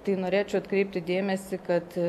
tai norėčiau atkreipti dėmesį kad